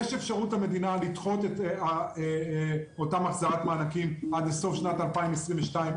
יש אפשרות למדינה לדחות את אותם החזרת מענקים עד לסוף שנת 2022,